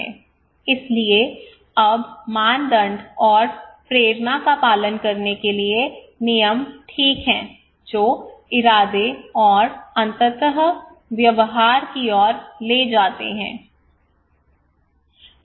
इसलिए अब मानदंड और प्रेरणा का पालन करने के लिए नियम ठीक हैं जो इरादे और अंततः व्यवहार की ओर ले जाते हैं